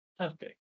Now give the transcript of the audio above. Okay